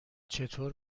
چطور